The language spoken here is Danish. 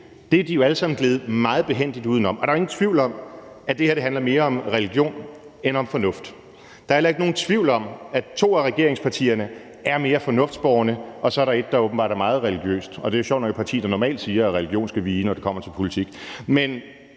Det er de jo alle sammen gledet meget behændigt uden om, og der er jo ingen tvivl om, at det her handler mere om religion end om fornuft. Der er heller ikke nogen tvivl om, at der er to af regeringspartierne, der er mere fornuftsbårne, og at der så er et, der åbenbart er meget religiøst, og det er jo sjovt nok et parti, der normalt siger, at religion skal vige, når det kommer til politik. Men